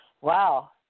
Wow